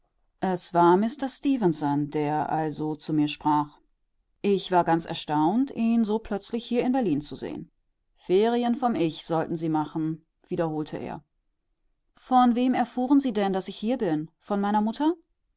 es war mister stefenson der also zu mir sprach ich war ganz erstaunt ihn so plötzlich hier in berlin zu sehen ferien vom ich sollten sie machen wiederholte er von wem erfuhren sie denn daß ich hier bin von meiner mutter